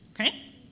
okay